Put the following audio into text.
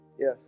Yes